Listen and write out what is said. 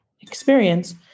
experience